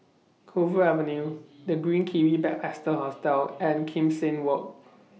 Clover Avenue The Green Kiwi Backpacker Hostel and Kim Seng Walk